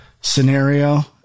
scenario